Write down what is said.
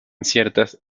ciertas